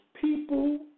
people